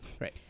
Right